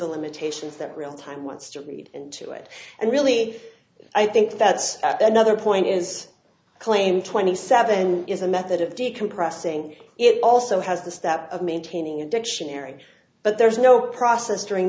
the limitations that real time wants to read into it and really i think that's another point is claimed twenty seven is a method of decompressing it also has the step of maintaining a dictionary but there is no process during